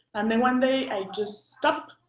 and then one day, i just stop.